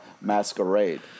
Masquerade